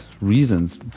reasons